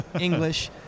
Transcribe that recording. English